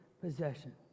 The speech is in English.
possession